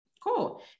cool